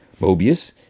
Mobius